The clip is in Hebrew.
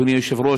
אדוני היושב-ראש,